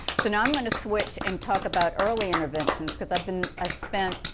so now i'm going to switch and talk about early interventions because i have been i spent